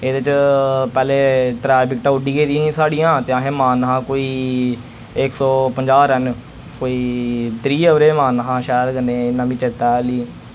एह्दे च पैह्ले त्रै बिकटां उड्डी गेदियां हियां साढ़ियां ते असैं मारना हा कोई इक सौ पंजा रन कोई त्रीह्ं ओवरे च मरना हा शायद कन्नै इन्ना मि चेत्ता ऐ आह्ली